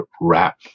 wrap